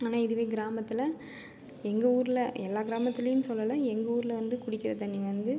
ஆனால் இதுவே கிராமத்தில் எங்கள் ஊரில் எல்லா கிராமத்துலியுன்னு சொல்லலை எங்கள் ஊரில் வந்து குடிக்கிற தண்ணி வந்து